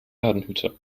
ladenhüter